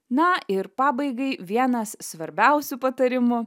na ir pabaigai vienas svarbiausių patarimų